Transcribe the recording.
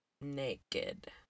naked